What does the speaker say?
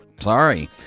Sorry